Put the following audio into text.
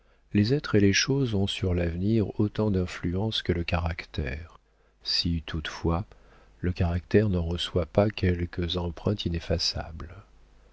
les êtres et les choses ont sur l'avenir autant d'influence que le caractère si toutefois le caractère n'en reçoit pas quelques empreintes ineffaçables